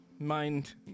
Mind